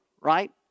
right